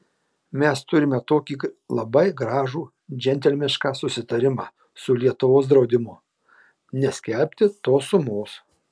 mes turime tokį labai gražų džentelmenišką susitarimą su lietuvos draudimu neskelbti tos sumos